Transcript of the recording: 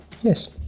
Yes